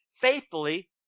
faithfully